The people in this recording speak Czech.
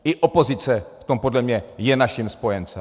I opozice v tom podle mě je naším spojencem.